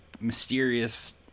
mysterious